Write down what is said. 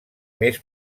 més